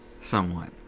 somewhat